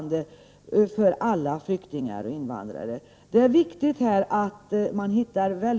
Här får naturligtvis alla hjälpas åt i kommunerna så att det hela sker på ett positivt sätt.